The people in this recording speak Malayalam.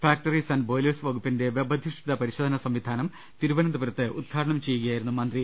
ഫാക്ടറീസ് ആന്റ് ബോയിലേഴ്സ് വകുപ്പിന്റെ വെബ് അധിഷ്ഠിത പരിശോധനാ സംവിധാനം തിരുവനന്തപുരത്ത് ഉദ്ഘാ ടനം നിർവഹിക്കുകയായിരുന്നു അദ്ദേഹം